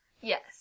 Yes